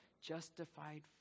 Justified